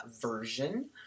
version